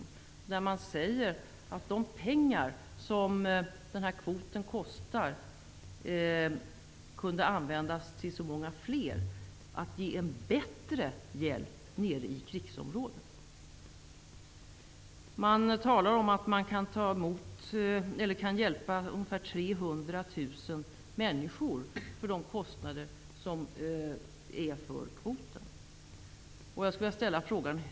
Ny demokrati säger att de pengar kvoten kostar kunde användas till att ge många fler bättre hjälp i krigsområdet. Ny demokrati anser att 300 000 människor kan hjälpas för samma belopp som gäller för kvoten.